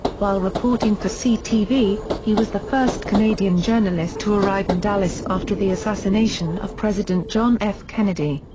while reporting for ctv, he was the first canadian journalist to arrive in dallas after the assassination of president john f. kennedy.